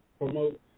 promote